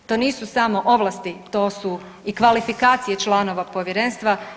To nisu samo ovlasti, to su i kvalifikacije članova povjerenstva.